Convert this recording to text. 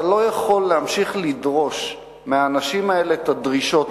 אתה לא יכול להמשיך לדרוש מהאנשים האלה את הדרישות